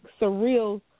surreal